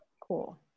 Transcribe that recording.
Cool